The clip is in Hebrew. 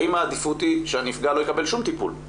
האם העדיפות היא שהנפגע לא יקבל שום טיפול.